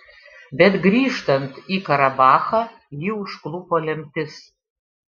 bet grįžtant į karabachą jį užklupo lemtis